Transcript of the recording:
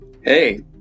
Hey